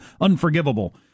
unforgivable